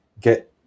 get